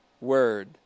word